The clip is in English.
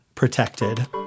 Protected